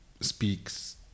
speaks